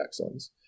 axons